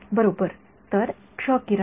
विद्यार्थीः उत्सर्जन बरोबर